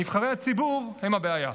נבחרי הציבור הם הבעיה,